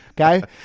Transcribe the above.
okay